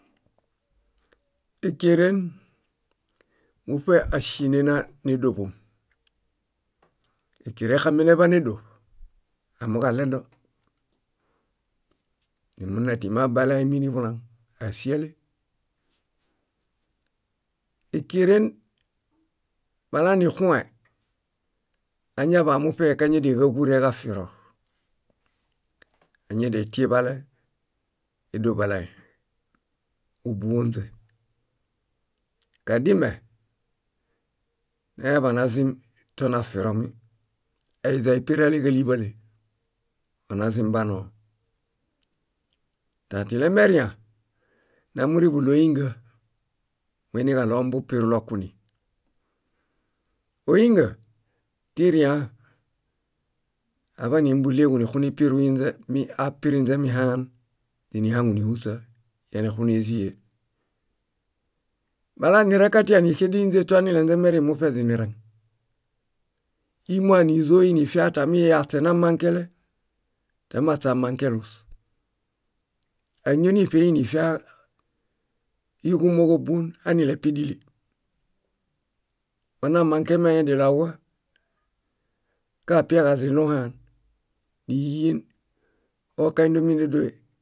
. Ékeren, muṗe áŝenenanedoḃom. Ékeren exameneḃa nédoṗ, amooġoaledo. Nimuimitimi abaleaimi niḃulaŋ. Áŝiale? Ékeren, balanixũe, añaḃamuṗe kañadia níġarureġafiro. Añadiaitieḃale édoḃale óbuonźe. Kadime nañadianazim tonafiromi, aidiaipirale káliḃale, onazimbanoo. Tãtilemeriã, namuriḃuɭo óinga. Moiniġaɭo ombupirulo kuni. Óinga tiriã, aḃanimbuɭeġu nixunipiruinźe miapirinźe haan źinihaŋu níhuśa yánexunezie. balanirẽkatia níxedeinźe toanilengemereŋ muṗe źinireŋ. ímo ánizoi nifia tami iaśe namãkele tamaśe amãkelus. Áñoniṗẽi nifia íġumooġo bón anelepi díli. Onamãkemi aidiɭoawa kaapiaġa azilũ haan. Níyien okaindomi nédoe.